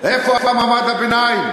איפה מעמד הביניים?